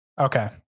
Okay